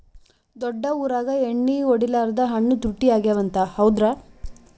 ದೊಡ್ಡ ಊರಾಗ ಎಣ್ಣಿ ಹೊಡಿಲಾರ್ದ ಹಣ್ಣು ತುಟ್ಟಿ ಅಗವ ಅಂತ, ಹೌದ್ರ್ಯಾ?